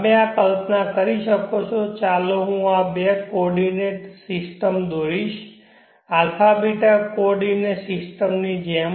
તમે આ કલ્પના કરી શકો છો ચાલો હું આ બે કોઓર્ડિનેટ સિસ્ટમ દોરીશ α ß કોઓર્ડિનેટ સિસ્ટમ ની જેમ